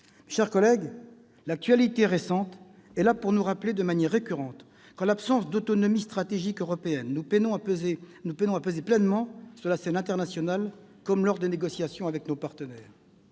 chers collègues, l'actualité récente est là pour nous rappeler de manière récurrente qu'en l'absence d'autonomie stratégique européenne nous peinons à peser pleinement sur la scène internationale, comme lors des négociations avec nos partenaires.